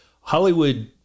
Hollywood